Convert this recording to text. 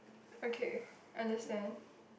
okay understand